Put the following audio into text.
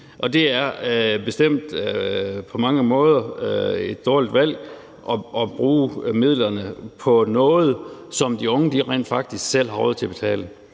måder et dårligt valg at bruge midlerne på noget, som de unge rent faktisk selv har råd til at betale.